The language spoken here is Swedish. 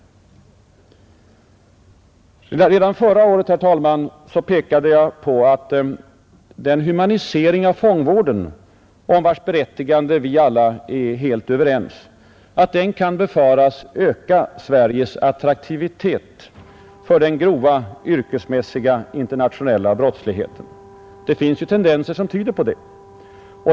Redan förra året, herr talman, pekade jag på att den humanisering av fångvården, om vars berättigande vi alla är helt överens, kan befaras öka Sveriges attraktivitet för den grova, yrkesmässiga internationella brottsligheten. Det finns tendenser som tyder på det.